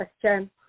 question